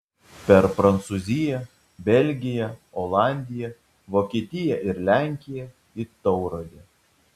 per prancūziją belgiją olandiją vokietiją ir lenkiją į tauragę